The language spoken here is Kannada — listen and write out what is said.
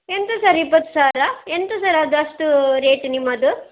ಎಂತ ಸರ್ ಇಪ್ಪತ್ತು ಸಾವಿರ ಎಂತ ಸರ್ ಅದು ಅಷ್ಟು ರೇಟ್ ನಿಮ್ಮದು